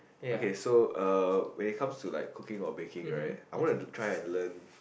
okay so uh when it comes to like cooking or baking right I want to try and learn